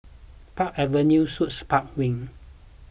Park Avenue Suites Park Wing